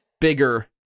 bigger